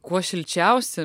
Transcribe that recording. kuo šilčiausi